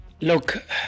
Look